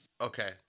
Okay